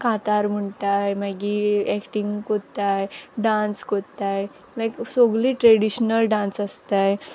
कांतार म्हुणटाय मागीर एक्टींग कोत्ताय डान्स कोत्ताय लायक सोगलीं ट्रॅडिशनल डान्स आसताय